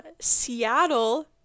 Seattle